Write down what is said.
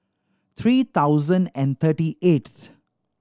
three thousand and thirty eighth